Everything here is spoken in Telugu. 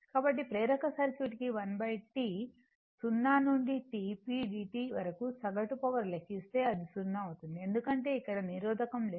కాబట్టి ప్రేరక సర్క్యూట్ కి 1 T 0 నుండి T p dt వరకు సగటు పవర్ లెక్కిస్తే అది 0 అవుతుంది ఎందుకంటే ఇక్కడ నిరోధకం లేదు